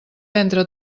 entre